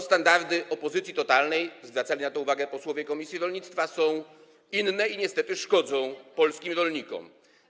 Standardy totalnej opozycji - zwracali na to uwagę posłowie komisji rolnictwa - są inne i niestety szkodzą polskim rolnikom.